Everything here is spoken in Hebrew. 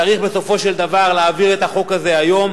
צריך בסופו של דבר להעביר את החוק הזה היום,